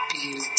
Beauty